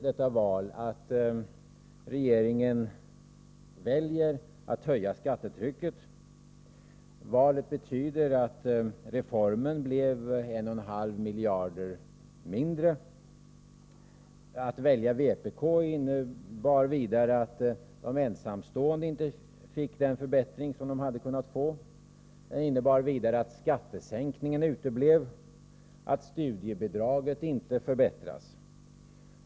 Detta val betyder ju att regeringen väljer att höja skattetrycket. Valet betyder också att summan för reformen blir 1,5 miljarder mindre. Att följa vpk innebar vidare att de ensamstående inte fick den förbättring som de hade kunnat få, och att skattesänkningen uteblev samt att studiebidraget inte förbättras.